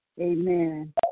Amen